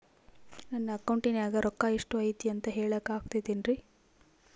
ನನ್ನ ಅಕೌಂಟಿನ್ಯಾಗ ರೊಕ್ಕ ಎಷ್ಟು ಐತಿ ಅಂತ ಹೇಳಕ ಆಗುತ್ತೆನ್ರಿ?